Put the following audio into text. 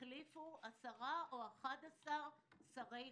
החליפו 10 או 11 שרי חינוך.